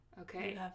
Okay